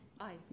Aye